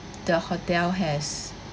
the hotel has